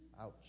Ouch